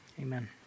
Amen